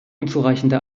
unzureichende